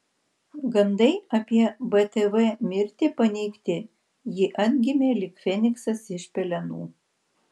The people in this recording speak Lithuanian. gandai apie btv mirtį paneigti ji atgimė lyg feniksas iš pelenų